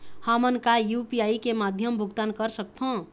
हमन का यू.पी.आई के माध्यम भुगतान कर सकथों?